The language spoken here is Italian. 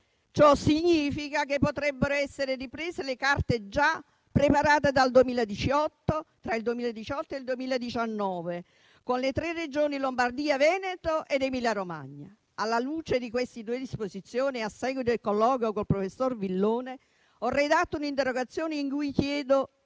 Ciò significa che potrebbero essere riprese le carte già preparate tra il 2018 e il 2019 con le tre Regioni Lombardia, Veneto ed Emilia-Romagna. Alla luce di queste due disposizioni e a seguito del colloquio col professor Villone, ho redatto un'interrogazione in cui chiedo